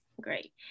Great